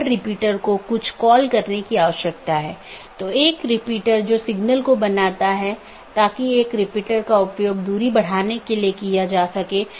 गैर संक्रमणीय में एक और वैकल्पिक है यह मान्यता प्राप्त नहीं है इस लिए इसे अनदेखा किया जा सकता है और दूसरी तरफ प्रेषित नहीं भी किया जा सकता है